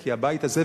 כי הבית הזה,